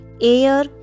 air